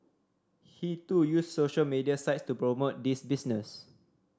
he too used social media sites to promote this business